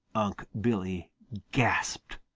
unc' billy gasped.